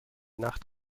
nacht